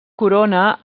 corona